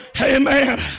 amen